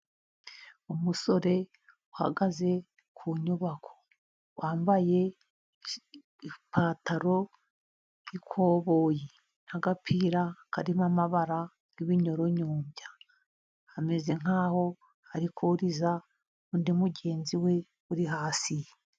Umusore uhagaze ku nyubako wambaye ipantaro y'ikoboyi n'agapira karimo amabara y'ibinyoronyombya, ameze nk'aho ari kuriza undi mugenzi we uri hasi.